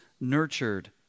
nurtured